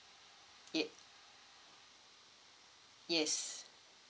yup yes